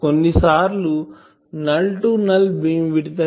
కొన్ని సార్లు null to null beam విడ్త్null to null beamwidth